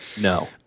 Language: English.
no